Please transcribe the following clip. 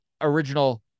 original